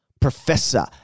Professor